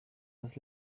has